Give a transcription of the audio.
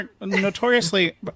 notoriously